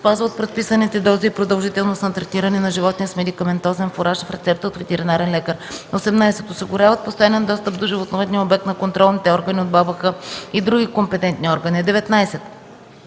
спазват предписаните дози и продължителност на третиране на животни с медикаментозен фураж в рецепта от ветеринарен лекар; 18. осигуряват постоянен достъп до животновъдния обект на контролните органи от БАБХ и други компетентни органи; 19.